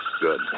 Good